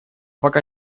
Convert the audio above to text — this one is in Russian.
пока